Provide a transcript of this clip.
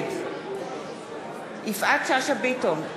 נגד יפעת שאשא ביטון,